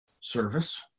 service